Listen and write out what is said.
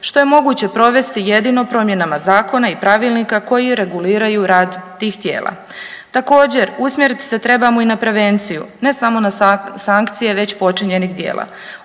što je moguće provesti jedino promjenama zakona i pravilnika koji reguliraju rad tih tijela. Također usmjeriti se trebamo i na prevenciju ne samo na sankcije već počinjenih djela.